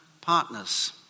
partners